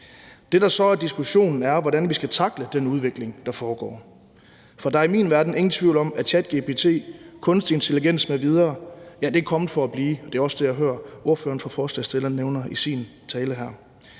Det, der så er diskussionen, er, hvordan vi skal tackle den udvikling, der foregår, for der er i min verden ingen tvivl om, at ChatGPT og kunstig intelligens m.v. er kommet for at blive, og det er også det, jeg hørte ordføreren for forslagsstillerne nævne i sin tale her.